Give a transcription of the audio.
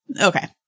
Okay